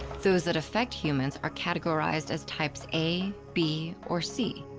those that affect humans are categorized as types a, b or c.